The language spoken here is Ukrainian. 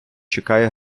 чекає